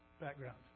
background